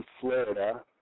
Florida